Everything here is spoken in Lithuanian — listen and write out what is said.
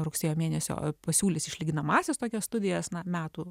rugsėjo mėnesio pasiūlys išlyginamąsias tokias studijas na metų